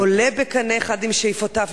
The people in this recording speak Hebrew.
עולה בקנה אחד עם שאיפותיו.